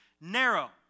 narrow